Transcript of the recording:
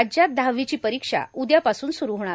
राज्यात दहावीची परीक्षा उद्यापासून सुरू होणार